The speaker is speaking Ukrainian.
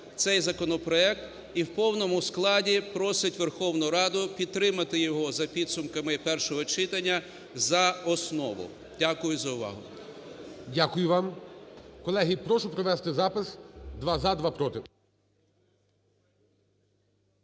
цей законопроект і в повному складі просить Верховну Раду підтримати його за підсумками першого читання за основу. Дякую за увагу. ГОЛОВУЮЧИЙ. Дякую вам. Колеги, прошу провести запис: два – за, два – проти.